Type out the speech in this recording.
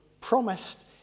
promised